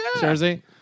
jersey